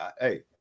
Hey